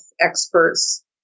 experts